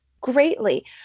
greatly